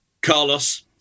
Carlos